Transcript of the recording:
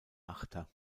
achter